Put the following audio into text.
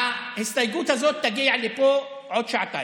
ההסתייגות הזאת תגיע לפה עוד שעתיים.